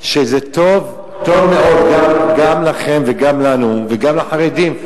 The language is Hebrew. שזה טוב, טוב מאוד, גם לכם וגם לנו, וגם לחרדים.